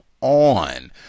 on